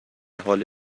حال